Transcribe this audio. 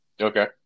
Okay